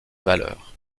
valeur